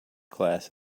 class